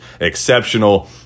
exceptional